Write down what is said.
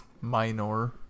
Minor